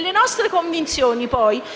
le nostre convinzioni